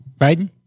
Biden